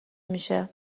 میشه